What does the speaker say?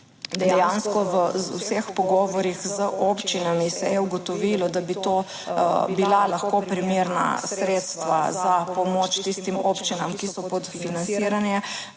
dejansko v vseh pogovorih z občinami se je ugotovilo, da bi to bila lahko primerna sredstva za pomoč tistim občinam, ki so pod financiranje,